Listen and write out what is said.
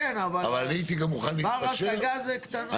תמהיל כן אבל בר השגה זה קטנות.